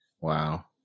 Wow